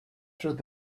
through